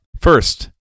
First